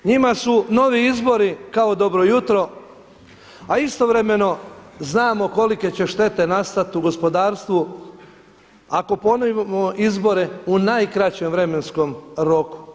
Njima su novi izbori kao dobro jutro, a istovremeno znamo kolike će štete nastati u gospodarstvu ako ponovimo izbore u najkraćem vremenskom roku.